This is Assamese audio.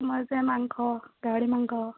মই যে মাংস গাহৰি মাংস